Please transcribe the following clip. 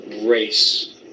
race